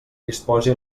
disposi